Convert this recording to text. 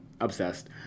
Obsessed